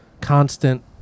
constant